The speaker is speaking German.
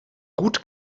gut